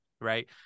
Right